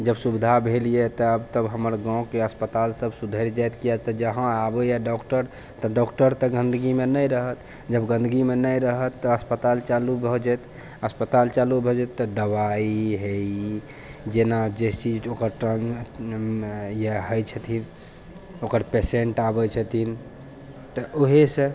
जब सुविधा भेल यऽ तऽ आब तऽ हमर गाँवके अस्पताल सब सुधरि जायत किया तऽ जहाँ आबै यऽ डॉक्टर तऽ डॉक्टर तऽ गन्दगीमे नहि रहत जब गन्दगीमे नहि रहत तऽ अस्पताल चालू भऽ जायत अस्पताल चालू भऽ जायत तऽ दबाइ इ है इ जेना जे चीज जो हटन इएह होइ छथिन ओकर पेशेन्ट आबै छथिन तऽ उहेसँ